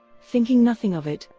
thinking nothing of it,